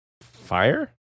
Fire